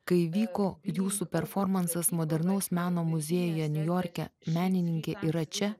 kai vyko jūsų performansas modernaus meno muziejuje niujorke menininkė yra čia